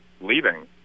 leaving